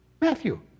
Matthew